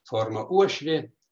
forma uošvė